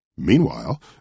Meanwhile